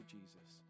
Jesus